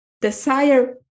desire